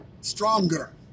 Stronger